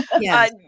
Yes